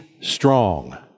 strong